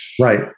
Right